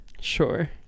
Sure